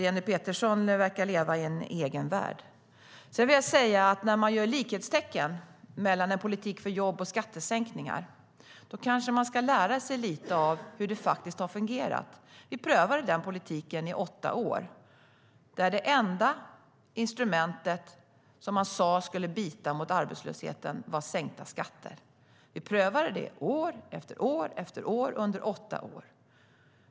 Jenny Petersson verkar alltså leva i sin egen värld. Sedan vill jag säga följande: När man sätter likhetstecken mellan skattesänkningar och en politik för jobb kanske man ska lära sig lite av hur det faktiskt har fungerat. Vi prövade den politiken i åtta år. Sänkta skatter var det enda instrument man sa skulle bita på arbetslösheten, och vi prövade det år efter år - under åtta år.